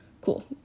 Cool